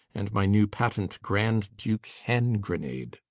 and my new patent grand duke hand grenade.